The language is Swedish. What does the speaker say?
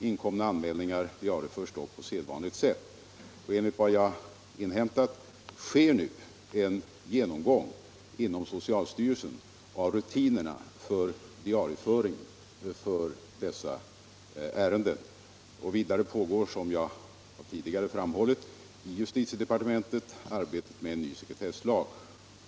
Inkomna anmälningar diarieförs dock på sedvanligt sätt, och enligt vad jag inhämtat sker nu inom socialstyrelsen en genomgång av rutinerna för diarieföringen av dessa ärenden. Vidare pågår, som jag tidigare framhållit, i justitiedepartementet arbetet med en ny sekretesslag.